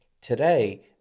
Today